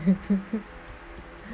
and